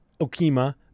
Okima